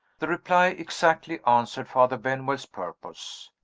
the reply exactly answered father benwell's purpose.